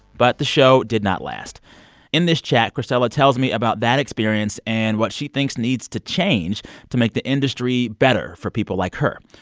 but the show did not last in this chat, cristela tells me about that experience and what she thinks needs to change to make the industry better for people like her.